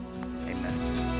Amen